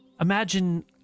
Imagine